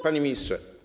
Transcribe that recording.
Panie Ministrze!